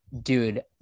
dude